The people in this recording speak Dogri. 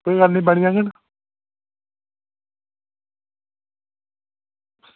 बनी जाङन